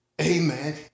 amen